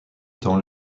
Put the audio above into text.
temps